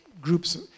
groups